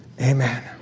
amen